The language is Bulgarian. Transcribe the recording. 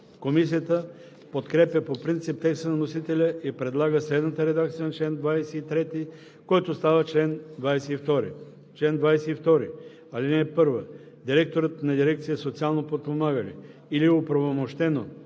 Комисията подкрепя по принцип текста на вносителя и предлага следната редакция на чл. 23, който става чл. 22: „Чл. 22. (1) Директорът на дирекция „Социално подпомагане“ или оправомощено